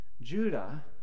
Judah